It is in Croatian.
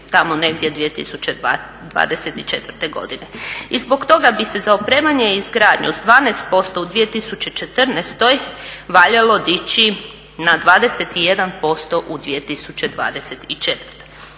tamo negdje 2024 godine. I zbog toga bi se za opremanje i izgradnju uz 12% u 2014. valjalo dići na 21% u 2024.